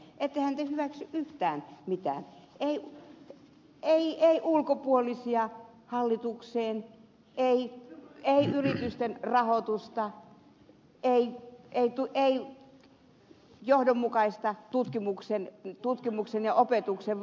ettehän te hyväksy yhtään mitään ei ulkopuolisia hallitukseen ei yritysten rahoitusta ei johdonmukaista tutkimuksen ja opetuksen vapautta